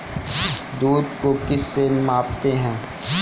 दूध को किस से मापते हैं?